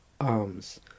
arms